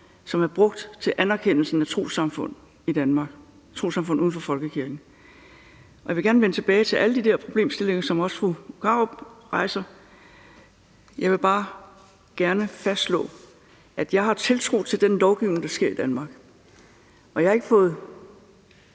som er brugt til anerkendelsen af trossamfund i Danmark, altså trossamfund uden for folkekirken. Og jeg vil gerne vende tilbage til alle de der problemstillinger, som også fru Marie Krarup rejser. Jeg vil bare gerne fastslå, at jeg har tiltro til den lovgivning, der er i Danmark, og jeg har ikke fået